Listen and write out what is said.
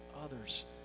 others